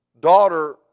daughter